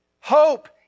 Hope